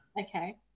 Okay